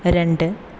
രണ്ട്